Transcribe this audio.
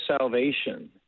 salvation